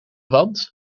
wand